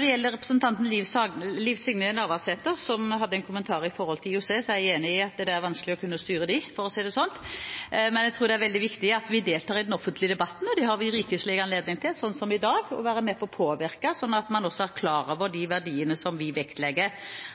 gjelder representanten Liv Signe Navarsetes kommentar om IOC, så er jeg enig i at det er vanskelig å kunne styre dem, for å si det sånn, men jeg tror det er veldig viktig at vi deltar i den offentlige debatten. Vi har rikelig anledning – som i dag – til å være med på å påvirke sånn at man også er klar over de verdiene vi vektlegger.